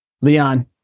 Leon